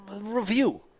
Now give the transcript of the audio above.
review